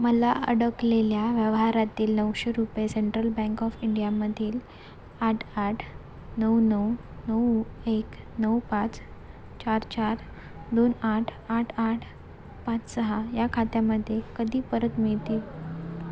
मला अडकलेल्या व्यवहारातील नऊशे रुपये सेंट्रल बँक ऑफ इंडियामधील आठ आठ नऊ नऊ नऊ एक नऊ पाच चार चार दोन आठ आठ आठ पाच सहा या खात्यामध्ये कधी परत मिळतील